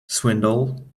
swindle